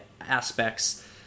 aspects